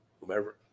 whomever